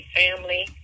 family